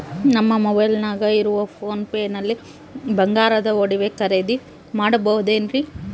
ನಮ್ಮ ಮೊಬೈಲಿನಾಗ ಇರುವ ಪೋನ್ ಪೇ ನಲ್ಲಿ ಬಂಗಾರದ ಒಡವೆ ಖರೇದಿ ಮಾಡಬಹುದೇನ್ರಿ?